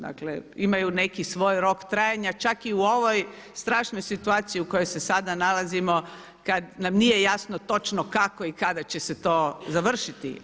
Dakle, imaju neki svoj rok trajanja čak i u ovoj strašnoj situaciji u kojoj se sada nalazimo kad nam nije jasno točno kako i kada će se to završiti.